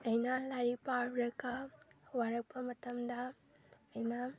ꯑꯩꯅ ꯂꯥꯏꯔꯤꯛ ꯄꯥꯔꯨꯔꯒ ꯋꯥꯔꯛꯄ ꯃꯇꯝꯗ ꯑꯩꯅ